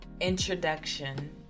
introduction